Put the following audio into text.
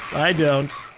i don't.